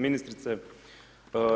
Ministrice,